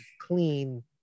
clean